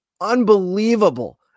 unbelievable